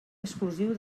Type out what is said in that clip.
exclusiu